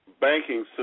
banking